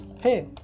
Hey